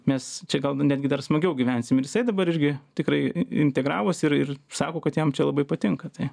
mes čia gal da netgi dar smagiau gyvensim ir jisai dabar irgi tikrai integravosi ir ir sako kad jam čia labai patinka tai